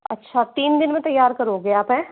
अच्छा तीन दिन में तैयार करोगे आप हैं